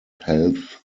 health